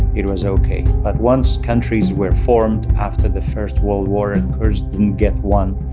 it was ok. but once countries were formed after the first world war and kurds didn't get one,